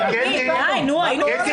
היינו בוועדת